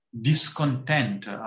discontent